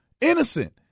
Innocent